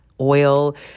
oil